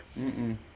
Mm-mm